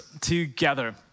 together